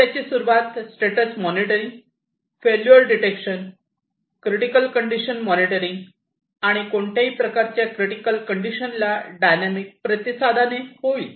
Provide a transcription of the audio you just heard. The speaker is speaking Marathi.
तर याची सुरूवात status monitoring failure detection critical condition monitoring आणि कोणत्याही प्रकारच्या क्रिटिकल कंडिशनला डायनॅमिक प्रतिसादाने होईल